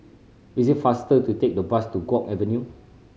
it is faster to take the bus to Guok Avenue